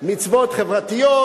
מצוות חברתיות,